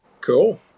Cool